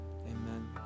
Amen